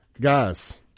Guys